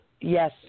Yes